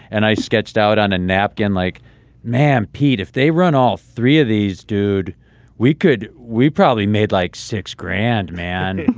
and i sketched out on a napkin like man pete if they run all three of these dude we could we probably made like six grand man